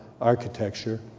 architecture